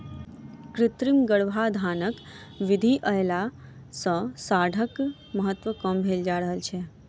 कृत्रिम गर्भाधानक विधि अयला सॅ साँढ़क महत्त्व कम भेल जा रहल छै